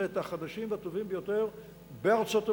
זה את החדשים והטובים ביותר בארצות-הברית,